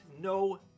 no